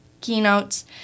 keynotes